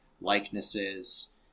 likenesses